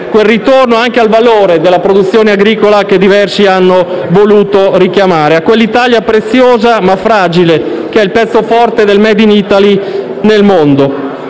quel ritorno al valore della produzione agricola che in diversi hanno voluto richiamare, a quell'Italia preziosa ma fragile che è il pezzo forte del *made in Italy* nel mondo